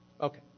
Okay